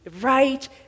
right